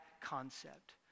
concept